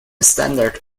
standard